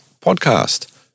podcast